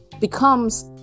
becomes